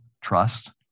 Trust